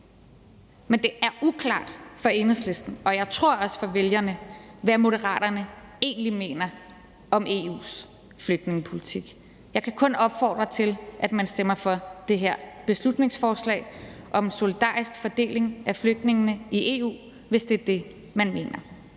men det er uklart for Enhedslisten, og jeg tror også for vælgerne, hvad Moderaterne egentlig mener om EU's flygtningepolitik. Jeg kan kun opfordre til, at man stemmer for det her beslutningsforslag om en solidarisk fordeling af flygtningene i EU, hvis det er det, man mener.